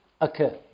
occur